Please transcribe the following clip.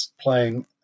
playing